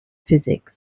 physics